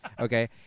Okay